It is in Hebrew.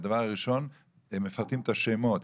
הדבר הראשון הם מפרטים את השמות.